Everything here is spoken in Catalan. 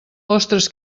ostres